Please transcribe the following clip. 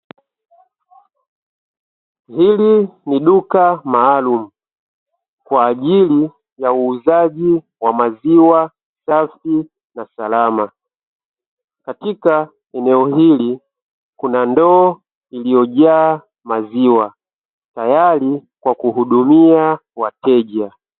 Hili ni duka maalum kwa ajili ya uuzaji wa maziwa safi na salama. Katika eneo hili kuna ndoo iliyojaa maziwa tayari kwa kuhudumia wateja.